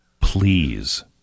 Please